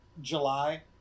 July